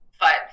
five